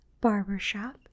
Barbershop